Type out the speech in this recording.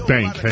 Bank